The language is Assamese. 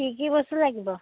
কি কি বস্তু লাগিব